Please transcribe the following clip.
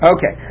Okay